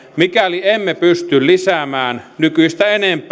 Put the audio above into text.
mikäli emme pysty lisäämään nykyistä